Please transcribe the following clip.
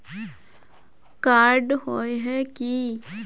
Card होय है की?